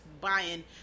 buying